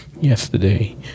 yesterday